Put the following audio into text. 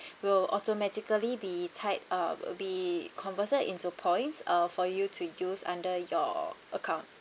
will automatically be tied uh will be converted into points uh for you to use under your account